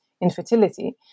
infertility